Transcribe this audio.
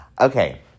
Okay